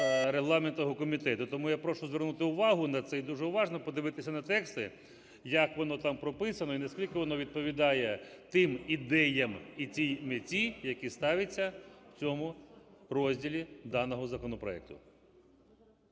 регламентного комітету. Тому я прошу звернути увагу на це і дуже уважно подивитися на тексти, як воно там прописано і наскільки воно відповідає тим ідеям і тій меті, які ставляться в цьому розділі даного законопроекту.